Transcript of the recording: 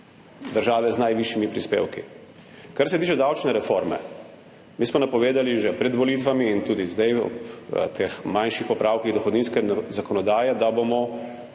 države z najvišjimi prispevki. Kar se tiče davčne reforme, mi smo napovedali že pred volitvami in tudi zdaj ob teh manjših popravkih dohodninske zakonodaje, da bomo